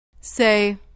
Say